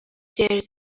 جـر